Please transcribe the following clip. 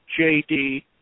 JD